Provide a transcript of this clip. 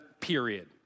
period